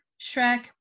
Shrek